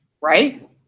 right